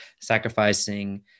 sacrificing